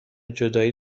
جدایی